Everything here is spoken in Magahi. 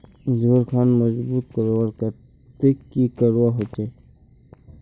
जोड़ खान मजबूत करवार केते की करवा होचए?